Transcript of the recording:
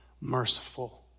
merciful